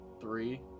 Three